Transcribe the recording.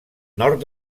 nord